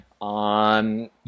on